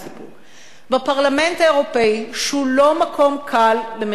בפרלמנט האירופי, שהוא לא מקום קל למדינת ישראל,